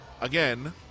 again